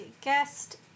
guest